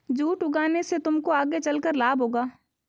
jute उगाने से तुमको आगे चलकर लाभ होगा